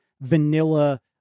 vanilla